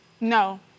No